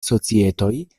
societoj